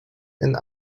and